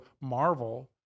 Marvel